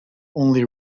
only